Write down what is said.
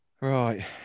Right